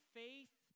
faith